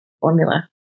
formula